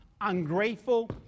ungrateful